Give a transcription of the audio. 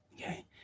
Okay